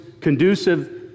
conducive